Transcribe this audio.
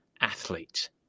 athlete